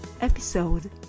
Episode